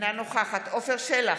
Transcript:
אינה נוכחת עפר שלח,